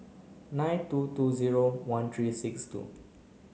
nine two two zero one three six two